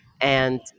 And-